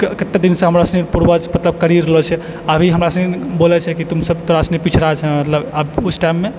कते दिन से हमरो शनि पुर्वज करि रहलो छै अभी हमरा सबके बोलै छै कि तु सब तोड़ा सबनि पिछड़ल छऽ मतलब आब उस टाइममे